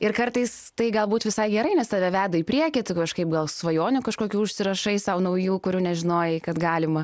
ir kartais tai galbūt visai gerai nes tave veda į priekį kažkaip gal svajonių kažkokių užsirašai sau naujų kurių nežinojai kad galima